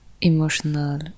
emotional